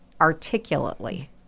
articulately